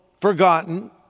forgotten